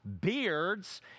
beards